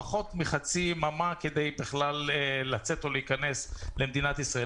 התיירות זה מנוע מאוד גדול למדינת ישראל.